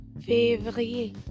Février